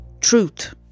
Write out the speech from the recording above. truth